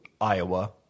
Iowa